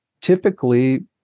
Typically